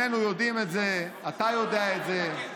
שנינו יודעים את זה, אתה יודע את זה.